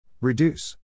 Reduce